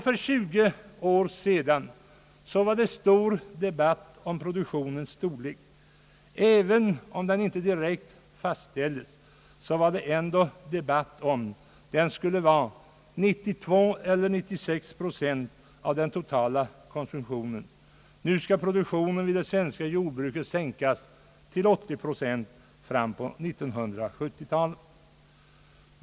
För tjugo år sedan var det en stor debatt om produktionens storlek. även om den inte direkt fastställdes, debatterade man om den skulle vara 92 eller 96 procent av den totala konsumtionen. Nu skall produktionen i det svenska jordbruket sänkas till 80 procent in på 1970-talet.